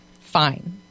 fine